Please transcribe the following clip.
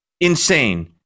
insane